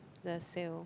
the sale